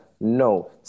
no